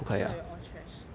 I feel like we're all trash